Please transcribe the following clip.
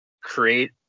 create